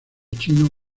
chino